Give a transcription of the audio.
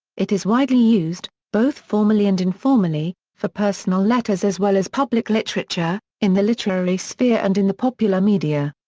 it is widely used, both formally and informally, for personal letters as well as public literature, in the literary sphere and in the popular media.